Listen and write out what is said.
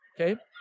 okay